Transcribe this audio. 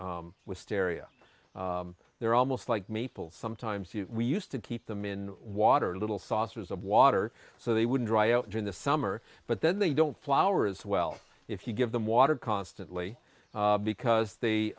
for with steria they're almost like me people sometimes we used to keep them in water little saucers of water so they would dry out during the summer but then they don't flower as well if you give them water constantly because they